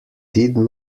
did